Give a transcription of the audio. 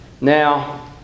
Now